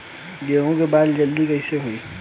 गेहूँ के बाल जल्दी कईसे होई?